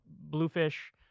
Bluefish